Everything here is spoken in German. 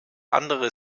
andere